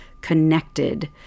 connected